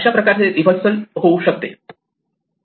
अशाप्रकारे रिव्हर्सल होऊ शकते